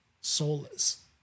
soulless